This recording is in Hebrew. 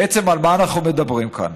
בעצם על מה אנחנו מדברים כאן?